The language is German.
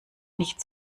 nicht